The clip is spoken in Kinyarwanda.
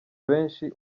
benshi